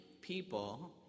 people